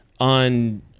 On